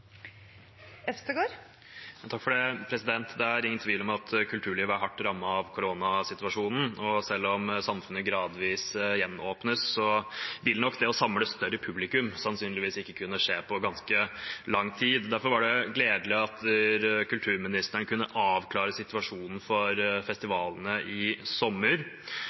Det er ingen tvil om at kulturlivet er hardt rammet av koronasituasjonen, og selv om samfunnet gradvis gjenåpnes, vil nok det å samle større publikum sannsynligvis ikke kunne skje på ganske lang tid. Derfor var det gledelig at kulturministeren kunne avklare situasjonen for festivalene i sommer.